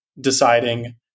deciding